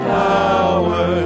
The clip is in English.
power